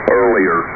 earlier